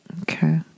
Okay